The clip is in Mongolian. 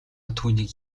түүнийг